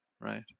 right